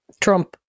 Trump